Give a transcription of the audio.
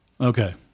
Okay